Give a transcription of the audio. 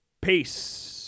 Peace